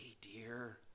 dear